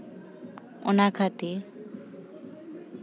ᱚᱱᱟ ᱠᱷᱟᱹᱛᱤᱨ